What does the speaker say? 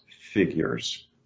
figures